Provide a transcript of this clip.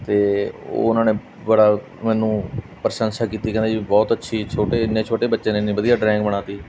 ਅਤੇ ਉਹ ਉਹਨਾਂ ਨੇ ਬੜਾ ਮੈਨੂੰ ਪ੍ਰਸ਼ੰਸਾ ਕੀਤੀ ਕਹਿੰਦੇ ਜੀ ਬਹੁਤ ਅੱਛੀ ਛੋਟੇ ਇੰਨੇ ਛੋਟੇ ਬੱਚੇ ਨੇ ਇੰਨੀ ਵਧੀਆ ਡਰਾਇੰਗ ਬਣਾ ਦਿੱਤੀ